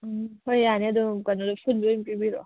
ꯎꯝ ꯍꯣꯏ ꯌꯥꯅꯤ ꯑꯗꯨꯝ ꯀꯩꯅꯣꯗꯣ ꯐꯨꯜꯗꯨ ꯑꯣꯏꯅ ꯄꯤꯕꯤꯔꯛꯑꯣ